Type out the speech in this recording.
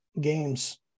games